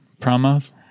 promos